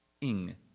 ing